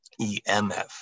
EMF